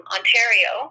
Ontario